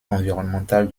environnemental